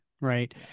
right